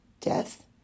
death